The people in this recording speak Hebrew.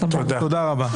תודה רבה.